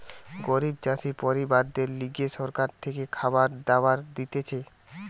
গরিব চাষি পরিবারদের লিগে সরকার থেকে খাবার দাবার দিতেছে